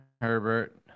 Herbert